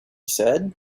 said